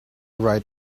write